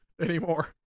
anymore